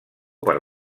per